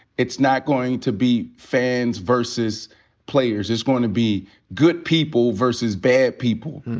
it's not going to be fans versus players. it's gonna be good people versus bad people.